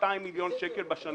את הדיבור שלה?